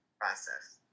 process